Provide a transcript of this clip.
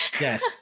Yes